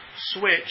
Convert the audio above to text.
switch